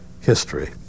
history